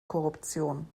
korruption